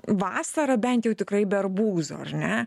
vasara bent jau tikrai be arbūzo ar ne